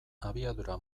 abiadura